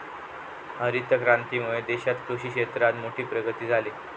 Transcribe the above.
हरीत क्रांतीमुळे देशात कृषि क्षेत्रात मोठी प्रगती झाली